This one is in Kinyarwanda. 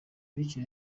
bityo